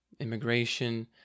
immigration